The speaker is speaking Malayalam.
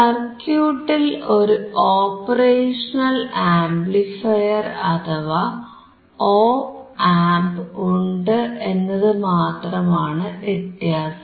സർക്യൂട്ടിൽ ഒരു ഓപ്പറേഷണൽ ആംപ്ലിഫയർ അഥവാ ഓപ് ആംപ് ഉണ്ട് എന്നതു മാത്രമാണ് വ്യത്യാസം